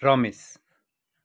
Ramesh